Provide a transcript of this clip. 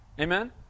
Amen